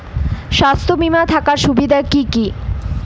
স্বাস্থ্য বিমা থাকার সুবিধা কী কী?